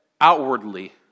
outwardly